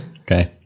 Okay